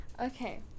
Okay